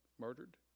murdered